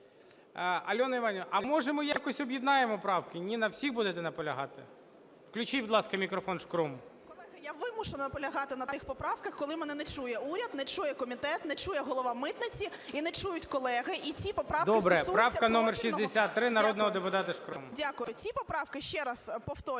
Добре. Правка номер 63 народного депутата Шкрум.